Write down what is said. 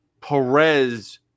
Perez